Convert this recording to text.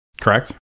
Correct